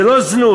זה לא זנות,